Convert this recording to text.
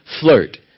flirt